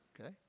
okay